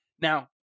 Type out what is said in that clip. Now